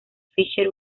fischer